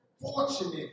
fortunate